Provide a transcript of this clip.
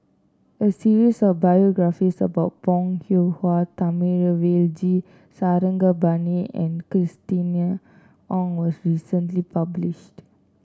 a series of biographies about Bong Hiong Hwa Thamizhavel G Sarangapani and Christina Ong was recently published